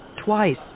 Twice